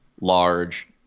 large